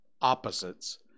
opposites